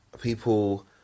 people